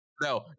No